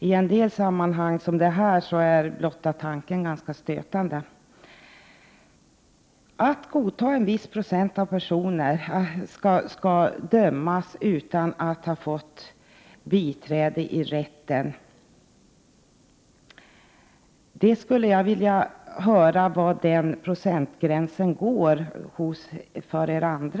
I sammanhang som detta är blotta tanken stötande. Om nu ni andra godtar att en viss procent döms utan att ha fått biträde i rätten, skulle jag vilja höra var ni anser att gränsen går någonstans.